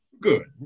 good